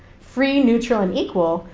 free, neutral, and equal,